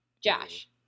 Josh